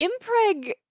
Impreg